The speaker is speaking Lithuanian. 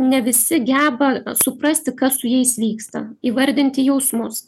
ne visi geba suprasti kas su jais vyksta įvardinti jausmus